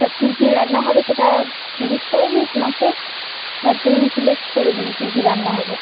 তা কী কী রান্না হবে সেটা জিজ্ঞাসা করেছিস মাকে না তুইই সিলেক্ট করে দিবি কী কী রান্না হবে